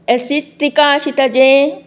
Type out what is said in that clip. एसिट्रीका अशें ताजें